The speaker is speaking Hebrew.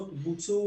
מוסדות.